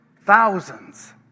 Thousands